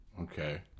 Okay